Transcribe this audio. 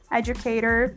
educator